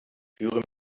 führe